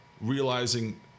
realizing